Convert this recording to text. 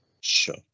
Sure